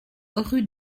rue